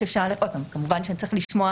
כמובן צריך לשמוע